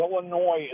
Illinois